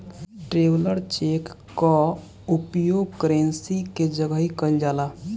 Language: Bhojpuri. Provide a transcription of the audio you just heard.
ट्रैवलर चेक कअ उपयोग करेंसी के जगही कईल जाला